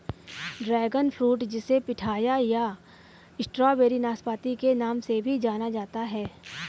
dragon fruit जिसे पिठाया या स्ट्रॉबेरी नाशपाती के नाम से भी जाना जाता है